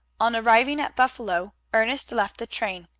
on arriving at buffalo ernest left the train.